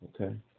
Okay